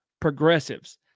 progressives